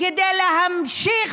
כדי להמשיך